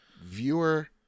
viewer